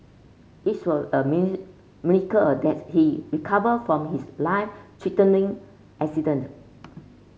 is were a miracle that he recovered from his life threatening accident